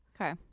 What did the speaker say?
okay